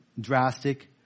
drastic